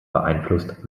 beeinflusst